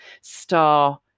star